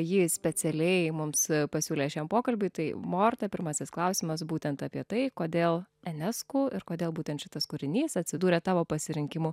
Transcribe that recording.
ji specialiai mums pasiūlė šiam pokalbiui tai morta pirmasis klausimas būtent apie tai kodėl enesku ir kodėl būtent šitas kūrinys atsidūrė tavo pasirinkimų